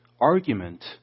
argument